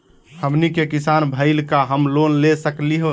हमनी के किसान भईल, का हम लोन ले सकली हो?